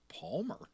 Palmer